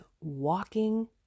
walking